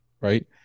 right